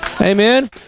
Amen